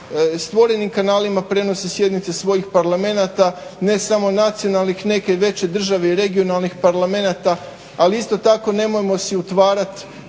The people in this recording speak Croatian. stvorenim kanalima prenose sjednice svojih parlamenata ne samo nacionalnih, neke veće države i regionalnih parlamenta. Ali isto tako nemojmo si utvarati